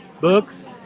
Books